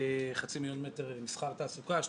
חצי מיליון מטר מסחר ותעסוקה,